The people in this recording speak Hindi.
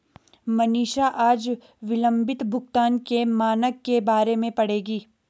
मनीषा आज विलंबित भुगतान के मानक के बारे में पढ़ेगी